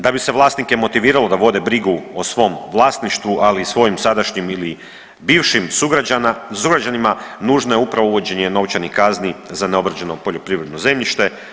Da bi se vlasnike motiviralo da vode brigu o svom vlasništvu, ali i svojim sadašnjim ili bivšim sugrađanima nužno je upravo uvođenje novčanih kazni za neobrađeno poljoprivredno zemljište.